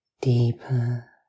deeper